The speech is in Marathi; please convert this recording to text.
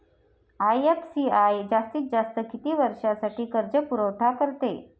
आय.एफ.सी.आय जास्तीत जास्त किती वर्षासाठी कर्जपुरवठा करते?